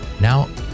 Now